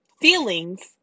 feelings